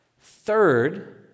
Third